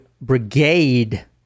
brigade